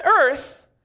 earth